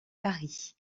paris